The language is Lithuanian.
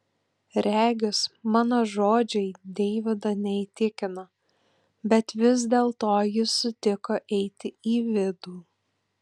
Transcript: regis mano žodžiai deivido neįtikino bet vis dėlto jis sutiko eiti į vidų